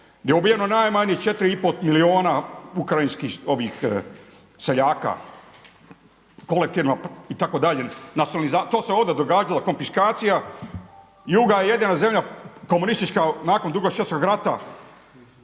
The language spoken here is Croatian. je ubijeno najmanje 4,5 milijuna ukrajinskih seljaka, kolektivno itd. to se ovdje događalo konfiskacija. Juga je jedina zemlja komunistička nakon Drugog svjetskog rata